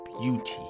beauty